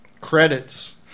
credits